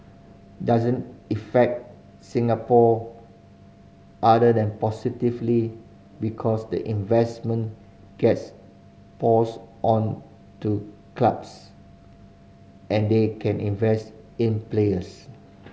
doesn't affect Singapore other than positively because the investment gets passed on to clubs and they can invest in players